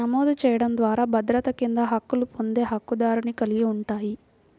నమోదు చేయడం ద్వారా భద్రత కింద హక్కులు పొందే హక్కుదారుని కలిగి ఉంటాయి,